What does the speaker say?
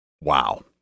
Wow